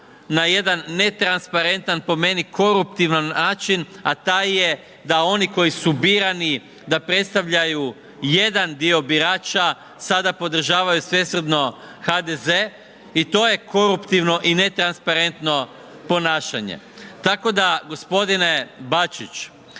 na jedan netransparentan, po meni koruptivan način, a taj je da oni koji su birani da predstavljaju jedan dio birača sada podržavaju svesrdno HDZ i to je koruptivno i netransparentno ponašanje. Tako da gospodine Bačić,